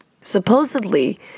Supposedly